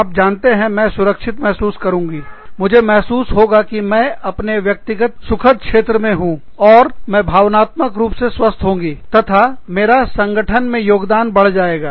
आप जानते हैं मैं सुरक्षित महसूस करूंगीमुझे महसूस होगा कि मैं अपने व्यक्तिगत सुखद आराम क्षेत्र में हूँ और मैं भावनात्मक रूप से स्वस्थ होंगी तथा मेरा संगठन में योगदान बढ़ जाएगा